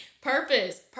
purpose